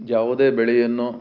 ಯಾವುದೇ ಬೆಳೆಯನ್ನು